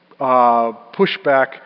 pushback